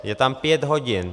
Je tam pět hodin.